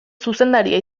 zuzendaria